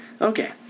Okay